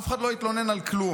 אף אחד לא התלונן על כלום.